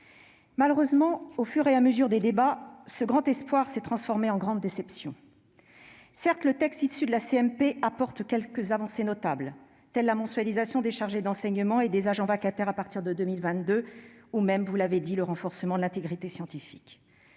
Malheureusement, au fur et à mesure des débats, ce grand espoir s'est transformé en grande déception ! Certes, le texte issu de la commission mixte paritaire apporte quelques avancées notables, telles que la mensualisation des chargés d'enseignement et des agents vacataires à partir de 2022, ou même, vous l'avez dit, madame la ministre, le renforcement de l'intégrité scientifique.